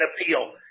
appeal